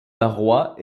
barrois